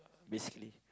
basically